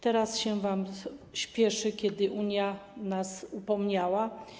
Teraz się wam spieszy, kiedy Unia nas upomniała.